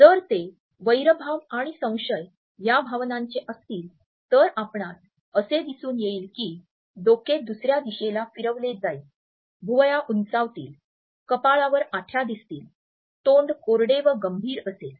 जर ते वैरभाव आणि संशय या भावनांचे असतील तर आपणास असे दिसून येईल की डोके दुसऱ्या दिशेला फिरवले जाईल भुवया उंचावतील कपाळावर आठ्या दिसतील तोंड कोरडे व गंभीर असेल